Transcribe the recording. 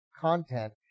content